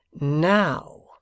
now